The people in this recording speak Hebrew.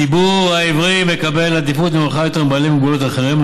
ציבור העיוורים מקבל עדיפות נמוכה יותר מבעלי מוגבלויות אחרים.